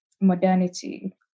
modernity